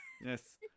Yes